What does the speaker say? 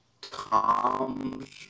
Tom's